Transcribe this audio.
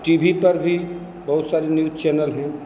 T V पर भी बहुत सारे न्यूज चैनल हैं